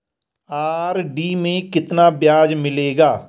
RD में कितना ब्याज मिलेगा?